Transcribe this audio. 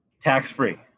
tax-free